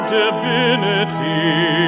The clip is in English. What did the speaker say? divinity